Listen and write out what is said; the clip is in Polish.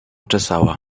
czesała